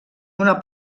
una